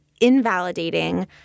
invalidating